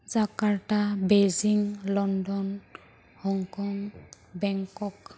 Jakarta Beijing London Hong Kong Bangkok